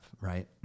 right